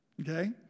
okay